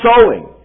sowing